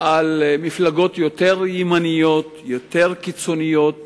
על מפלגות יותר ימניות, יותר קיצוניות